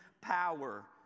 power